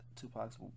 Tupac's